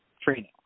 training